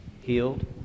healed